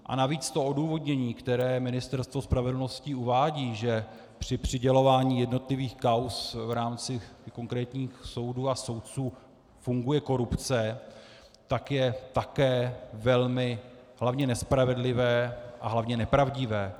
A navíc to odůvodnění, které Ministerstvo spravedlnosti uvádí, že při přidělování jednotlivých kauz v rámci konkrétních soudů a soudců funguje korupce, je velmi hlavně nespravedlivé a hlavně nepravdivé.